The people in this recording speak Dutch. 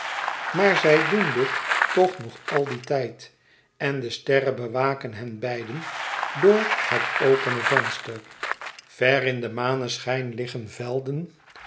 maar zij doen dit toch nog al dien tijd en de sterren bewaken hen beiden door het opene venster ver in den maneschijn liggen velden